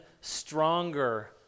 stronger